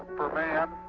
for man